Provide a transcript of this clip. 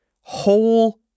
whole